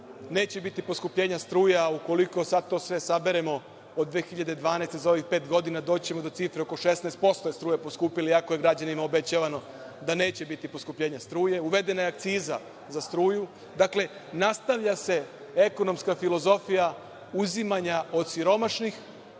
neće biti poskupljenja struje, a ukoliko sad sve to saberemo od 2012. godine, za ovih pet godina, doći ćemo do cifre oko 16% je struja poskupela, iako je građanima obećavano da neće biti poskupljenja struje. Uvedena je akciza za struju. Dakle, nastavlja se ekonomska filozofija uzimanja od siromašnih,